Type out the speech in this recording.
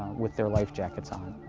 with their life jackets on.